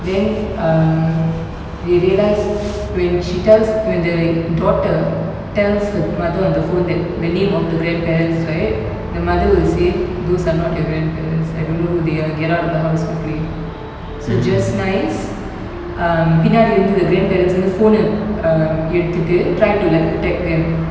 then um we realise when she tells when the daughter tells the mother on the phone that the name of the grandparents right the mother will say those are not your grandparents I don't know who they are get out of the house quickly so just nice um பின்னாடி வந்து அந்த:pinnadi vanthu antha grandparents வந்து:vanthu phone um அ எடுத்துட்டு:a eduthutu try to like attack them